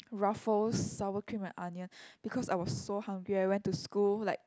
Ruffles sour cream and onion because I was so hungry I went to school like